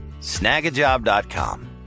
Snagajob.com